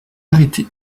arrêté